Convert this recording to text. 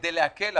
כדי להקל,